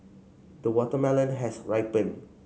the watermelon has ripened